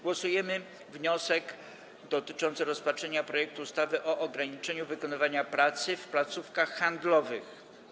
Głosujemy nad wnioskiem dotyczącym rozpatrzenia projektu ustawy o ograniczeniu wykonywania pracy w placówkach handlowych.